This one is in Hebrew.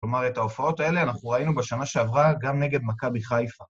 כלומר, את ההופעות האלה אנחנו ראינו בשנה שעברה גם נגד מכבי חיפה.